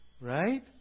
Right